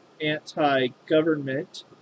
anti-government